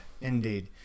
indeed